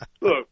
Look